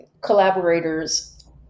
collaborators